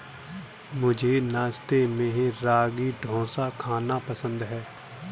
मुझे नाश्ते में रागी डोसा खाना पसंद है